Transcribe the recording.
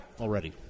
already